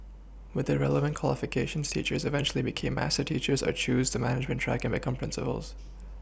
with the relevant qualifications teachers eventually became master teachers or choose the management track and become principals